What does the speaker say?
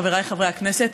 חבריי חברי הכנסת,